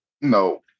no